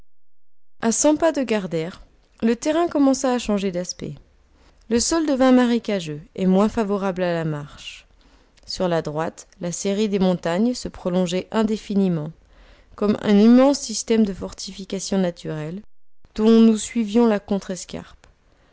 à cent pas de gardr le terrain commença à changer d'aspect le sol devint marécageux et moins favorable à la marche sur la droite la série des montagnes se prolongeait indéfiniment comme un immense système de fortifications naturelles dont nous suivions la contrescarpe